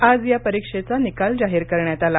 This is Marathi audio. आज या परीक्षेचा निकाल जाहीर करण्यात आला